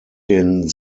den